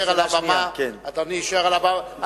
אדוני יישאר על הבמה.